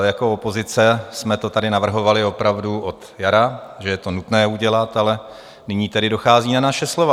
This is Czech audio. Jako opozice jsme to tady navrhovali opravdu od jara, že je to nutné udělat, ale nyní tedy dochází na naše slova.